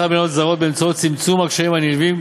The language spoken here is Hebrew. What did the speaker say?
במניות זרות באמצעות צמצום הקשיים הנלווים